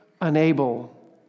unable